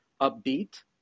upbeat